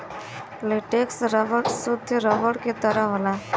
latex rubber सुद्ध rubber के तरह होला